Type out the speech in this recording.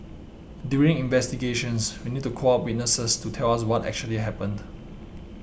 during investigations we need to call up witnesses to tell us what actually happened